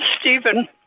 Stephen